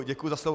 Děkuju za slovo.